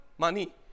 Money